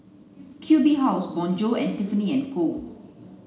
Q B House Bonjour and Tiffany and Co